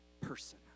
person